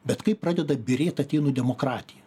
bet kaip pradeda byrėt atėnų demokratija